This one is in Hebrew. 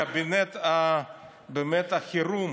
קבינט החירום